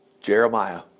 Jeremiah